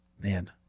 Man